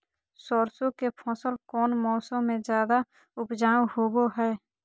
सरसों के फसल कौन मौसम में ज्यादा उपजाऊ होबो हय?